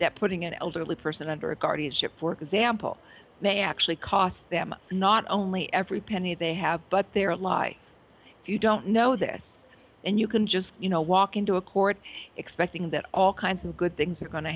that putting an elderly person under a guardianship for example may actually cost them not only every penny they have but their ally if you don't know this and you can just you know walk into a court expecting that all kinds of good things are going to